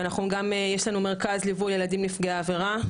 ואנחנו גם יש לנו מרכז ליווי לילדים נפגעי העבירה,